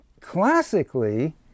classically